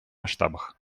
масштабах